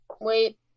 wait